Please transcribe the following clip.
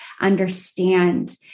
understand